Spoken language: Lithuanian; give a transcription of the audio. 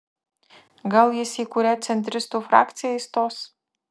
gal jis į kurią centristų frakciją įstos